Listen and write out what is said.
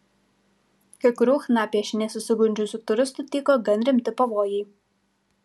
kai kurių chna piešiniais susigundžiusių turistų tyko gan rimti pavojai